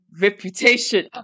reputation